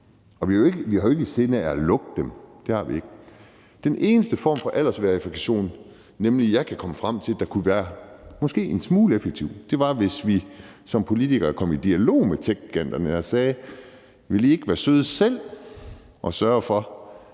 Og vi har jo ikke i sinde at lukke dem. Det har vi ikke. Den eneste form for aldersverifikation, som jeg kan komme frem til måske kunne være en smule effektiv, var noget med, at vi som politikere kom i dialog med techgiganterne og f.eks. sagde: Vil I ikke være søde selv at sørge for,